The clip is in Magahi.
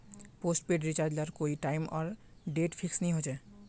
पोस्टपेड रिचार्ज लार कोए टाइम आर डेट फिक्स नि होछे